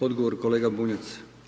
Odgovor kolega Bunjac.